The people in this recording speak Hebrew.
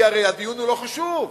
כי הרי הדיון הוא לא חשוב,